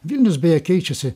vilnius beje keičiasi